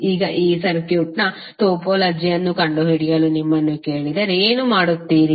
ಈಗ ಈ ಸರ್ಕ್ಯೂಟ್ನ ಟೋಪೋಲಜಿಯನ್ನು ಕಂಡುಹಿಡಿಯಲು ನಿಮ್ಮನ್ನು ಕೇಳಿದರೆಏನು ಮಾಡುತ್ತೀರಿ